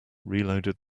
reloaded